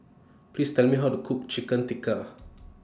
Please Tell Me How to Cook Chicken Tikka